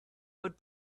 would